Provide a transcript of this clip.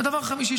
ודבר חמישי,